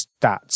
stats